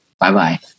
Bye-bye